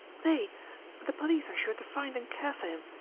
they the police are sure to find and care for him.